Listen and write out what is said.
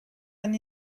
and